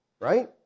right